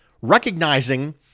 Recognizing